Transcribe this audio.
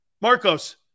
Marcos